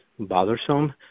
bothersome